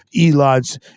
Elon's